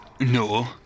No